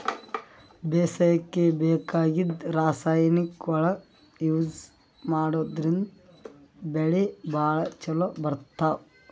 ಬೇಸಾಯಕ್ಕ ಬೇಕಾಗಿದ್ದ್ ರಾಸಾಯನಿಕ್ಗೊಳ್ ಯೂಸ್ ಮಾಡದ್ರಿನ್ದ್ ಬೆಳಿ ಭಾಳ್ ಛಲೋ ಬೆಳಿತಾವ್